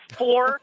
four